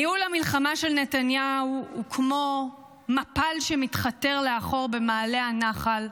ניהול המלחמה של נתניהו הוא כמו מפל שמתחתר לאחור במעלה הנחל,